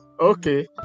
okay